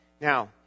Now